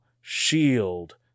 shield